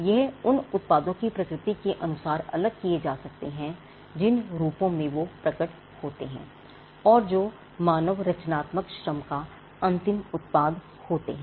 यह उन उत्पादों की प्रकृति के अनुसार अलग किए जा सकते हैं जिन रूपों में वो प्रकट होते हैं और जो मानव रचनात्मक श्रम का अंतिम उत्पाद होते हैं